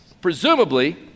Presumably